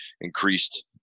increased